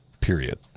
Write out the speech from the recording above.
Period